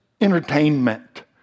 entertainment